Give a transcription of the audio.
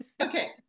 Okay